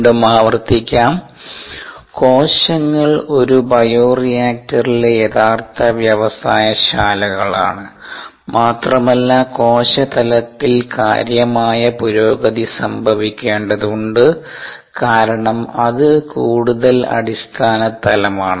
വീണ്ടും ആവർത്തിക്കാം കോശങ്ങൾ ഒരു ബയോറിയാക്ടറിലെ യഥാർത്ഥ വ്യവസായ ശാലകളാണ് മാത്രമല്ല കോശ തലത്തിൽ കാര്യമായ പുരോഗതി സംഭവിക്കേണ്ടതുണ്ട് കാരണം അത് കൂടുതൽ അടിസ്ഥാന തലമാണ്